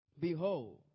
behold